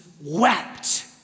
wept